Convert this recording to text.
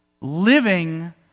living